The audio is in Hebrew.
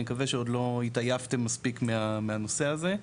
אני מקווה שעוד לא התעייפתם מספיק מהנושא הזה.